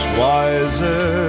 wiser